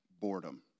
boredom